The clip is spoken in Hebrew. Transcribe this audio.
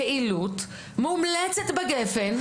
פעילות מומלצת בגפ"ן,